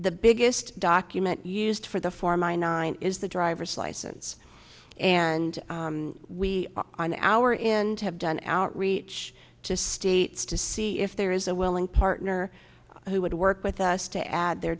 the biggest document used for the for my nine is the driver's license and we are on our into have done outreach to states to see if there is a willing partner who would work with us to add their